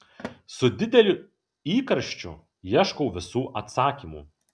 su dideliu įkarščiu ieškau visų atsakymų